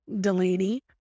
Delaney